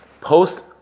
Post-